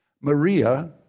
Maria